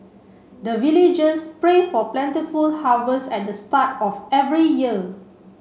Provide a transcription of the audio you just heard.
the villagers pray for plentiful harvest at the start of every year